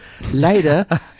Later